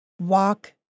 walk